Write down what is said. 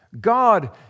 God